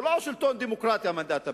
זה לא שלטון דמוקרטי, המנדט הבריטי,